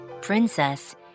Princess